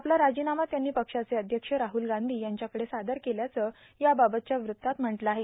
आपला राजीनामा त्यांनी पक्षाचे अध्यक्ष राहुल गांधी यांच्याकडे सादर केल्याचं याबाबतच्या वृत्तात म्हटलं आहे